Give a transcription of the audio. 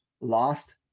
lost